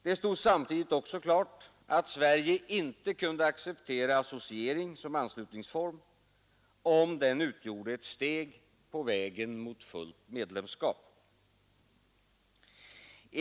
Det stod samtidigt också klart att Sverige inte kunde acceptera associering som anslutningsform om den utgjorde ett steg på väg mot fullt medlemskap.